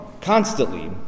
Constantly